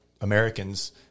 Americans